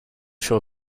sure